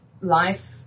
life